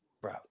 bro